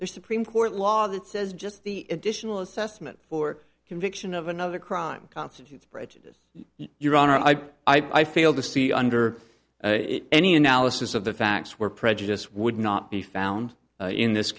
there's supreme court law that says just the additional assessment for conviction of another crime constitutes prejudice your honor i i fail to see under any analysis of the facts where prejudice would not be found in this